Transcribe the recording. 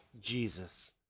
jesus